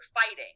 fighting